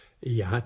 Ja